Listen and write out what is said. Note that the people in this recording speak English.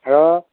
hello